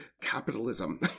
capitalism